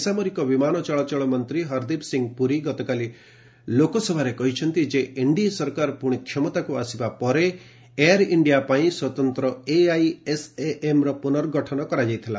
ବେସାମରିକ ବିମାନ ଚଳାଚଳ ମନ୍ତ୍ରୀ ହରଦୀପ ସିଂ ପୁରୀ ଗତକାଲି ଲୋକସଭାରେ କହିଛନ୍ତି ଯେ ଏନ୍ଡିଏ ସରକାର ପୁଣି କ୍ଷମତାକୁ ଆସିବା ପରେ ଏୟାର ଇଣ୍ଡିଆ ପାଇଁ ସ୍ୱତନ୍ତ୍ର ଏଆଇଏସ୍ଏଏମ୍ର ପ୍ରନର୍ଗଠନ କରାଯାଇଥିଲା